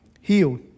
healed